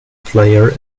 player